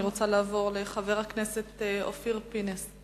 אני רוצה לעבור לחבר הכנסת אופיר פינס.